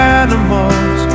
animals